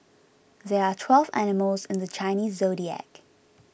there are twelve animals in the Chinese zodiac